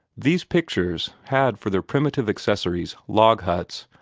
these pictures had for their primitive accessories log-huts,